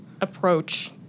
approach